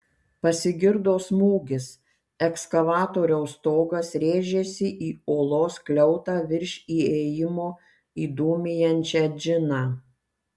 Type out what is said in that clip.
pasigirdo smūgis ekskavatoriaus stogas rėžėsi į olos skliautą virš įėjimo į dūmijančią džiną